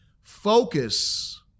focus